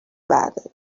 برداره